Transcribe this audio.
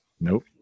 Nope